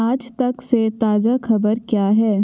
आज तक से ताज़ा खबर क्या है